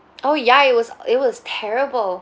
oh ya it was uh it was terrible